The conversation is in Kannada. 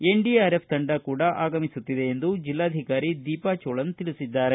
ಎನ್ಡಿಆರ್ಎಫ್ ತಂಡ ಕೂಡ ಆಗಮಿಸುತ್ತಿದೆ ಎಂದು ಜಿಲ್ಲಾಧಿಕಾರಿ ದೀಪಾ ಚೋಳನ್ ತಿಳಿಸಿದ್ದಾರೆ